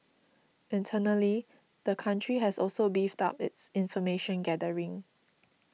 internally the country has also beefed up its information gathering